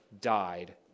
died